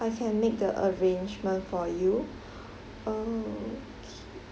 I can make the arrangement for you uh